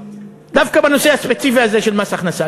דווקא בנושא הספציפי הזה של מס הכנסה.